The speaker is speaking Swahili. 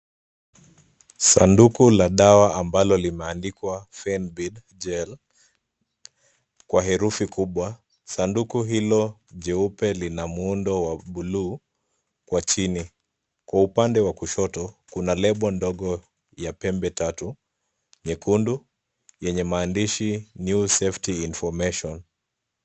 Sanduku la dawa ambalo limeandikwa fenbid gel kwa herufi kubwa. Sanduku hilo jeupe lina muundo wa buluu kwa chini. Kwa upande wa kushoto, kuna lebo ndogo ya pembe tatu nyekundu yenye maandishi new safety information .